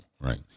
right